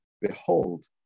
behold